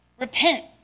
Repent